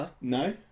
no